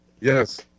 yes